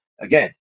again